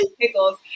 pickles